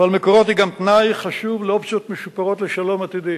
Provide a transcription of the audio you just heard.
אבל "מקורות" היא גם תנאי חשוב לאופציות משופרות לשלום עתידי